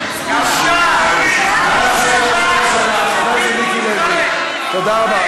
חבר הכנסת מיקי לוי, תודה רבה.